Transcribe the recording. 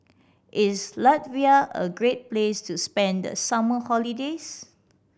is Latvia a great place to spend the summer holidays